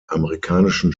amerikanischen